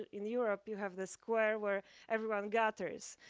in europe you have the square where everyone gathers.